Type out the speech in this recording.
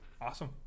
Awesome